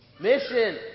mission